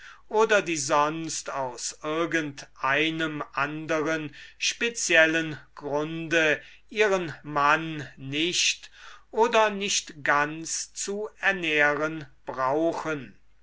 oder die sonst aus irgend einem anderen speziellen grunde ihren mann nicht oder nicht ganz zu ernähren brauchen